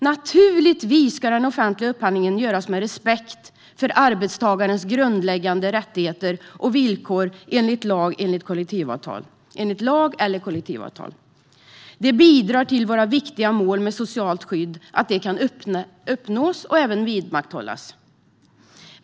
Naturligtvis ska den offentliga upphandlingen göras med respekt för arbetstagarens grundläggande rättigheter och villkor enligt lag eller kollektivavtal. Det bidrar till våra viktiga mål med socialt skydd att detta kan uppnås och även vidmakthållas.